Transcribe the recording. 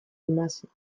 imazek